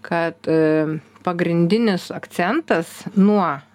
kad pagrindinis akcentas nuo